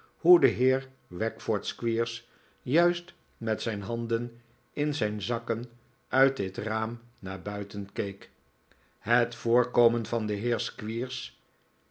hoe de heer wackford squeers juist met zijn handen in zijn zakken uit dit raam naar buiten keek het voorkomen van den heer